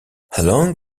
along